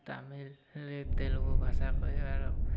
ତାମିଲ୍ ତେଲ୍ଗୁ ଭାଷା କହିବାର